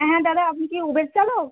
হ্যাঁ দাদা আপনি কি উবের চালক